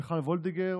מיכל וולדיגר,